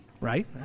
right